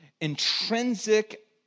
intrinsic